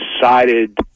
decided